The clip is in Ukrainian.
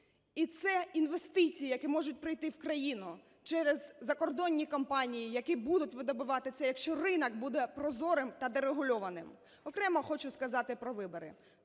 і це інвестиції, які можуть прийти в країну через закордонні компанії, які будуть видобувати це, якщо ринок буде прозорим та дерегульованим. Окремо хочу сказати про вибори.